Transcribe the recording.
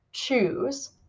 choose